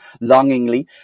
longingly